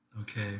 Okay